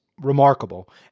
remarkable